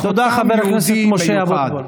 תודה, חבר הכנסת משה אבוטבול.